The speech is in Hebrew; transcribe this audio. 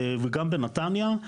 וגם בנתניה,